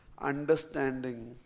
understanding